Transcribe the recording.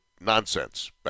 nonsense